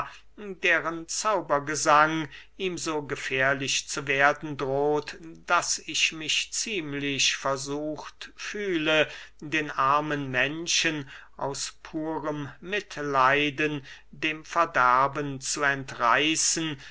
deren zaubergesang ihm so gefährlich zu werden droht daß ich mich ziemlich versucht fühle den armen menschen aus purem mitleiden dem verderben zu entreißen